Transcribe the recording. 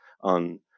on